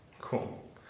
cool